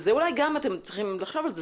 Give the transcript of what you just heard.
וזה אולי גם אתם צריכים לחשוב על זה,